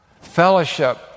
Fellowship